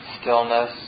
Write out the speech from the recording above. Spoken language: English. stillness